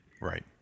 Right